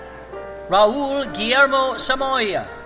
raul guillermo samayoa.